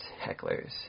Heckler's